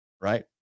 right